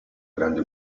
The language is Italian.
grande